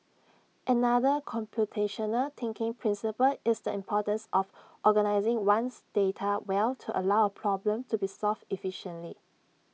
another computational thinking principle is the importance of organising one's data well to allow A problem to be solved efficiently